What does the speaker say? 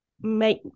make